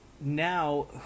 now